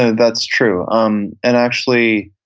that's true. um and actually,